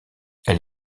elle